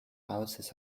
houses